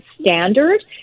standard